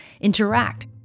interact